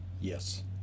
yes